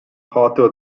hotel